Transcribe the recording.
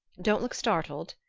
don't look startled,